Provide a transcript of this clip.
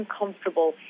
uncomfortable